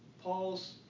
Paul's